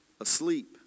asleep